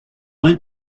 went